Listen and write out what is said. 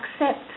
accept